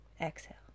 Exhale